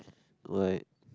do I